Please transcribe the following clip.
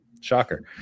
Shocker